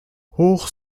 hoch